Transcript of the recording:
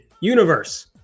universe